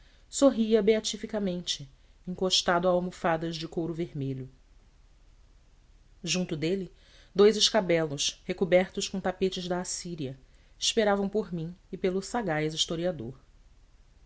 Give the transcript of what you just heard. sorria beatificamente encostado a almofadas de couro vermelho junto dele dous escabelos recobertos com tapetes da assíria esperavam por mim e pelo sagaz historiador